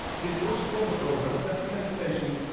he's watched all the program, and at the end station,